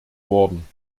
worden